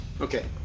Okay